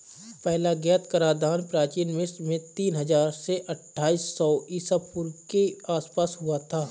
पहला ज्ञात कराधान प्राचीन मिस्र में तीन हजार से अट्ठाईस सौ ईसा पूर्व के आसपास हुआ था